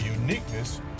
uniqueness